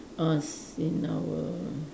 us in our